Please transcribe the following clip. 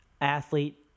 athlete